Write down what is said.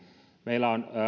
meillä on